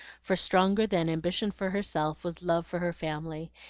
for stronger than ambition for herself was love for her family,